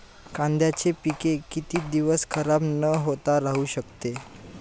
कांद्याचे पीक किती दिवस खराब न होता राहू शकते?